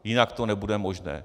Jinak to nebude možné.